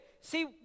See